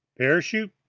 parachute,